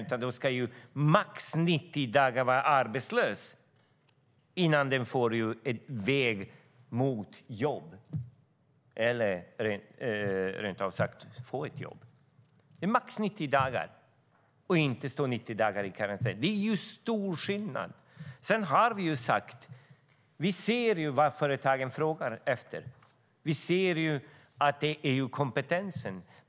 Efter maximalt 90 dagar ska de få hjälp på vägen mot ett jobb eller få ett jobb. Det är stor skillnad. Vi ser vad företagen frågar efter, och det är kompetens.